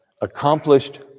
accomplished